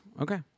Okay